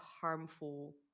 harmful